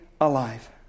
alive